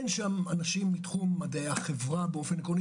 אין שם אנשים מתחום מדעי החברה באופן עקרוני.